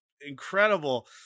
incredible